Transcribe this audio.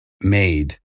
made